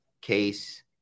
case